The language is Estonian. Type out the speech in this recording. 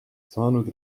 saanud